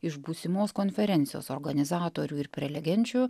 iš būsimos konferencijos organizatorių ir prelegenčių